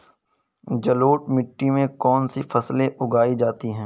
जलोढ़ मिट्टी में कौन कौन सी फसलें उगाई जाती हैं?